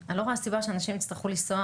אני לא רואה סיבה שאנשים יצטרכו לנסוע